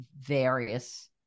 various